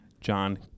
John